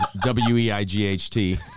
W-E-I-G-H-T